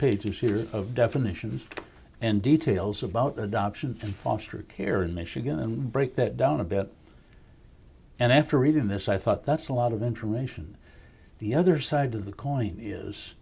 pages here of definitions and details about adoption and foster care in michigan and break that down a bit and after reading this i thought that's a lot of information the other side of the coin is